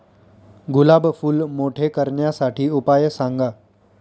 गुलाब फूल मोठे करण्यासाठी उपाय सांगा?